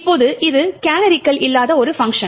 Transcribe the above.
இப்போது இது கேனரிகள் இல்லாத ஒரு பங்க்ஷன்